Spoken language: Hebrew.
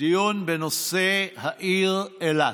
דיון בנושא העיר אילת.